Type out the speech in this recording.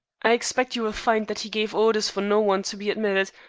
i expect you will find that he gave orders for no one to be admitted,